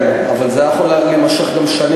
כן, אבל זה היה יכול להימשך גם שנים.